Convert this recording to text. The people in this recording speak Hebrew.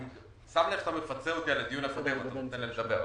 אני שם לב אתה מפצה אותי על הדיון הקודם ואתה נותן לי לדבר,